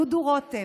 דודו רותם,